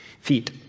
Feet